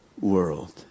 world